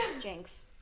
Jinx